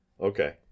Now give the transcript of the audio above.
Okay